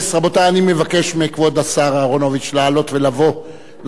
אני מבקש מכבוד השר אהרונוביץ לעלות ולבוא לדוכן על